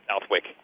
Southwick